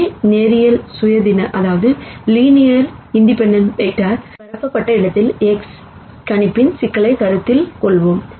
எனவே K linear independent வெக்டார்களால் பரப்பப்பட்ட இடத்தில் X கணிப்பின் சிக்கலைக் கருத்தில் கொள்வோம்